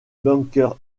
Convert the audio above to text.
bunker